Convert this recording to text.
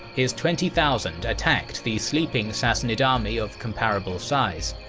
his twenty thousand attacked the sleeping sassanid army of comparable size.